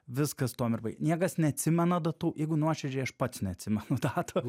viskas tuom ir niekas neatsimena datų jeigu nuoširdžiai aš pats neatsimenu datų